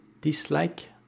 dislike